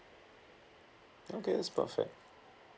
okay that's perfect